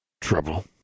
Trouble